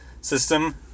system